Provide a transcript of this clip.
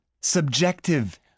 Subjective